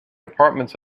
apartments